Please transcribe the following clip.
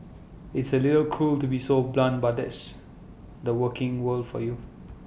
it's A little cruel to be so blunt but that's the working world for you